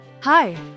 Hi